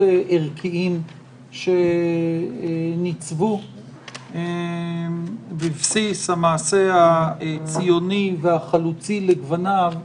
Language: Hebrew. ערכיים שניצבו בבסיס המעשה הציוני והחלוצי לגווניו,